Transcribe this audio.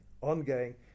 ongoing